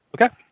Okay